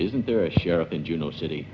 isn't there a sheriff in juneau city